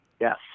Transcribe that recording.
Yes